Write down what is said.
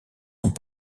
sont